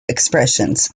expressions